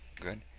good.